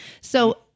So-